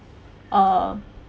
err